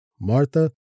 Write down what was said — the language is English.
Martha